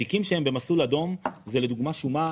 תיקים שהם במסלול אדום זה לדוגמה שומה